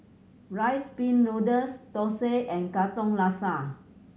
Rice Pin Noodles thosai and Katong Laksa